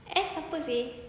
S siapa seh